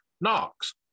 knocks